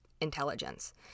intelligence